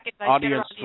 audience